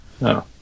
No